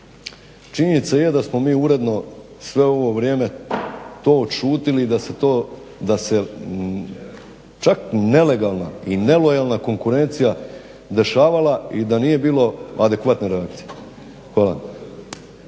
činjenica je da smo mi uredno sve ovo vrijeme to odšutjeli i da se čak nelegalna i nelojalna konkurencija dešavala i da nije bilo adekvatne reakcije. Hvala.